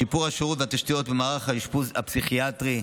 שיפור השירות והתשתיות במערך האשפוז הפסיכיאטרי,